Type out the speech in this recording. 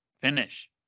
finish